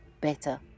better